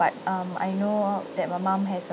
but um I know that my mum has